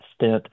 stint